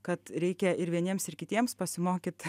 kad reikia ir vieniems ir kitiems pasimokyt